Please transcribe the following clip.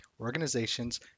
organizations